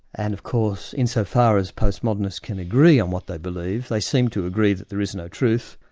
and of course insofar as postmodernists can agree on what they believe, they seem to agree that there is no truth,